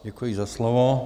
Děkuji za slovo.